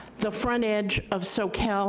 the front edge of soquel,